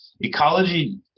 ecology